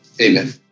Amen